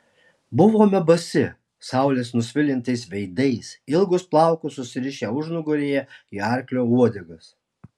buvome basi saulės nusvilintais veidais ilgus plaukus susirišę užnugaryje į arklio uodegas